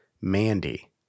mandy